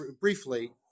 briefly